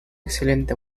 excelente